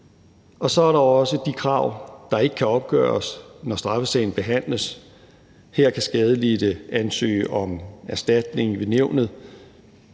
Så er der også de krav, der ikke kan opgøres, når straffesagen behandles. Her kan skadelidte ansøge om erstatning ved nævnet,